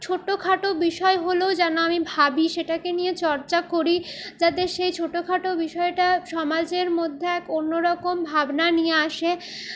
ছোটো খাটো বিষয় হলেও যেন আমি সেটা ভাবি সেটাকে নিয়ে চর্চা করি যাতে সেই ছোটো খাটো বিষয়টা সমাজের মধ্যে এক অন্যরকম ভাবনা নিয়ে আসে